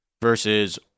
versus